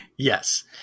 Yes